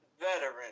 veteran